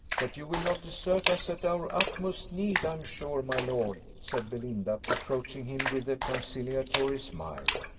but you will not desert us at our utmost need, i am sure, my lord, said belinda, approaching him with a conciliatory smile.